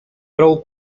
prou